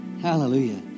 Hallelujah